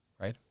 right